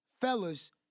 fellas